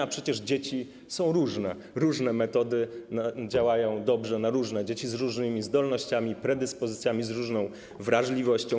A przecież dzieci są różne, różne metody działają dobrze na różne dzieci z różnymi zdolnościami, predyspozycjami, z różną wrażliwością.